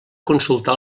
consultar